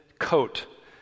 Coat